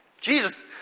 Jesus